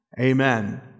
Amen